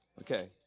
Okay